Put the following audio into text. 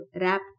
wrap